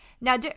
Now